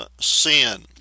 sin